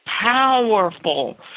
powerful